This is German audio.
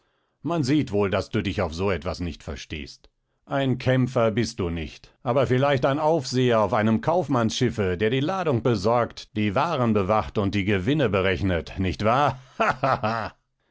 man sieht wohl daß du dich auf so etwas nicht verstehst ein kämpfer bist du nicht aber vielleicht ein aufseher auf einem kaufmannsschiffe der die ladung besorgt die waren bewacht und die gewinne berechnet nicht wahr